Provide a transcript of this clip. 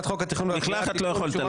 מפה כבר